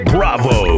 Bravo